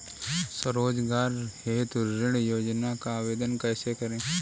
स्वरोजगार हेतु ऋण योजना का आवेदन कैसे करें?